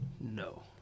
No